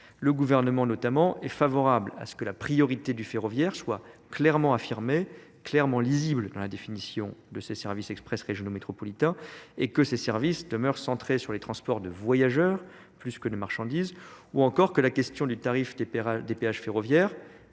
le gouvernement notamment est favorable à ce que la priorité du ferroviaire soit clairement affirmée clairement lisible dans la définition de ces services express régionaux métropolitain et que ces services demeurent centrés sur les transports de voyageurs plus que de marchandises ou encore sur la question des tarifs des péages ferroviaires